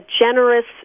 generous